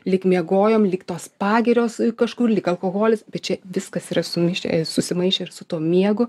lyg miegojom lyg tos pagirios kažkur lyg alkoholis bet čia viskas yra sumišę susimaišę ir su tuo miegu